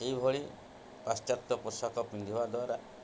ଏହିଭଳି ପାଶ୍ଚାତ୍ୟ ପୋଷାକ ପିନ୍ଧିବା ଦ୍ୱାରା